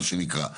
מה שנקרא.